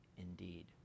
indeed